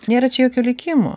nėra čia jokio likimo